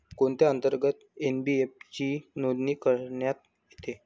कोणत्या अंतर्गत एन.बी.एफ.सी ची नोंदणी करण्यात येते?